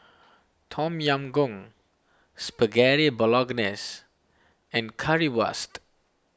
Tom Yam Goong Spaghetti Bolognese and Currywurst